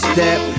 Step